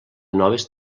noves